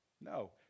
No